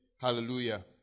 Hallelujah